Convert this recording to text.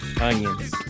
onions